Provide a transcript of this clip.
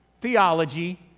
theology